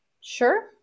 sure